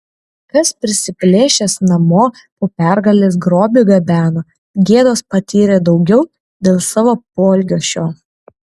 kas prisiplėšęs namo po pergalės grobį gabeno gėdos patyrė daugiau dėl savo poelgio šio